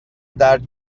درد